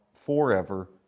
forever